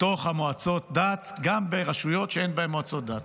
בתוך מועצות הדת גם ברשויות שאין בהן מועצות דת,